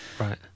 right